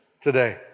today